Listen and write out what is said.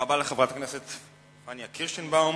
תודה רבה לחברת הכנסת פניה קירשנבאום.